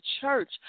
church